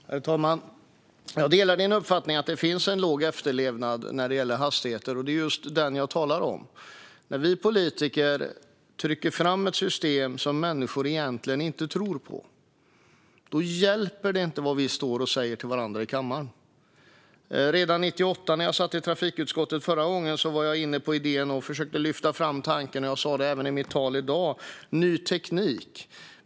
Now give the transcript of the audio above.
Herr talman! Jag delar Emma Bergingers uppfattning att efterlevnaden är låg när det gäller hastigheter, och det är just detta jag talar om. När vi politiker trycker fram ett system som människor egentligen inte tror på hjälper det inte vad vi står och säger till varandra i kammaren. Redan 1998, när jag satt i trafikutskottet förra gången, var jag inne på idén om ny teknik och försökte lyfta fram denna tanke. Jag sa det även i mitt anförande i dag.